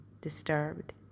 disturbed